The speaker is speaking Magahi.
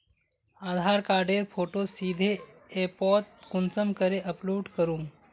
आधार कार्डेर फोटो सीधे ऐपोत कुंसम करे अपलोड करूम?